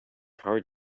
hard